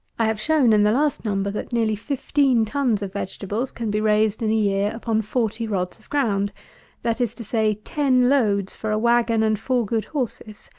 i have shown, in the last number, that nearly fifteen tons of vegetables can be raised in a year upon forty rods of ground that is to say, ten loads for a wagon and four good horses.